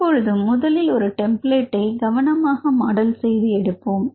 எப்பொழுதும் முதலில் ஒரு டெம்ப்ளேட்டை கவனமாக மாடல் செய்வது எடுப்போம்